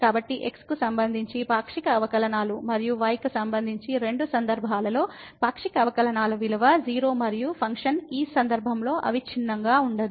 కాబట్టి x కు సంబంధించి పాక్షిక అవకలనాలు మరియు y కి సంబంధించి రెండు సందర్భాలలో పాక్షిక అవకలనాలు విలువ 0 మరియు ఫంక్షన్ ఈ సందర్భంలో అవిచ్ఛిన్నంగా ఉండవు